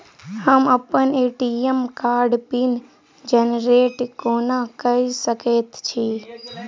हम अप्पन ए.टी.एम कार्डक पिन जेनरेट कोना कऽ सकैत छी?